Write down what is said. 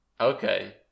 Okay